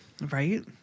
Right